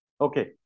Okay